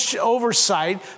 oversight